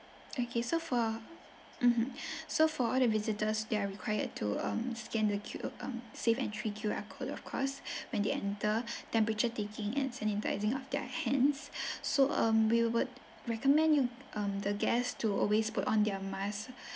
okay so for mmhmm so for all the visitors they are required to um scan the Q um safe entry Q_R code of course when they enter temperature taking and sanitising of their hands so um we would recommend you um the guests to always put on their masks